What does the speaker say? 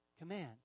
Command